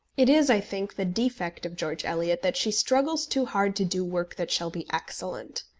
it is, i think, the defect of george eliot that she struggles too hard to do work that shall be excellent.